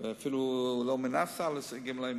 אפילו לא מינה שר לגמלאים.